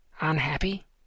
unhappy